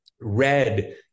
red